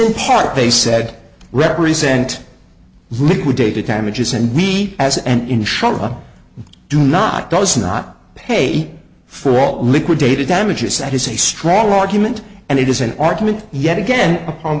in part they said represent liquidated damages and we as an intro do not does not pay for all liquidated damages that is a stronger argument and it is an argument yet again on